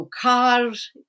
cars